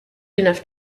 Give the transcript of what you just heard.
enough